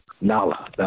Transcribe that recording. Nala